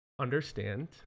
understand